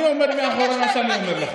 אני עומד מאחורי מה שאני אומר.